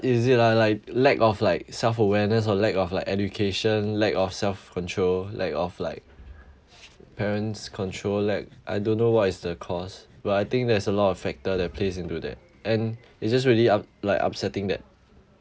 is it lah like lack of like self awareness or lack of like education lack of self control lack of like parents control lack I don't know what is the cause but I think there's a lot of factors that plays into that and it's just really up~ like upsetting that